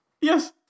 Yes